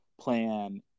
plan